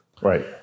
Right